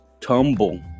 tumble